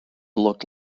looked